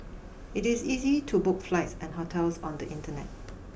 it is easy to book flights and hotels on the internet